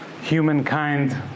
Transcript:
humankind